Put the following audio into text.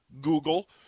google